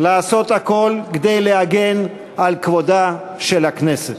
לעשות הכול כדי להגן על כבודה של הכנסת,